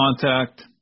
contact